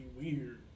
weird